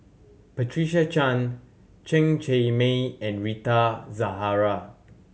Patricia Chan Chen Cheng Mei and Rita Zahara